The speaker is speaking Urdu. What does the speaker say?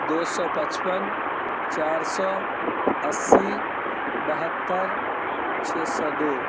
دو سو پچپن چار سو اسی بہتر چھ سو دو